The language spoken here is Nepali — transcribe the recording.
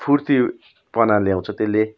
फुर्तीपना ल्याउँछ त्यसले